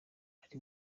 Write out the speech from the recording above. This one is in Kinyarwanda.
ari